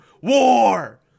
War